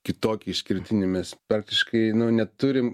kitokį išskirtinį mes praktiškai neturim